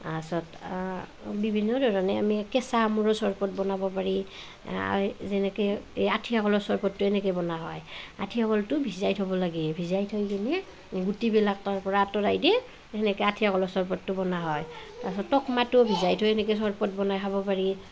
তাৰপাছত বিভিন্ন ধৰণে আমি কেঁচা আমৰো চৰবত বনাব পাৰি যেনেকৈ এই আঠীয়া কলৰ চৰবতটো এনেকৈ বনোৱা হয় আঠীয়া কলটো ভিজাই থব লাগে ভিজাই থৈ কিনে গুটিবিলাক তাৰ পৰা আঁতৰাই দি তেনেকৈ আঠীয়া কলৰ চৰবতটো বনোৱা হয় তাৰপাছত টোপ মাহটো ভিজাই থৈ এনেকৈ চৰবত বনাই খাব পাৰি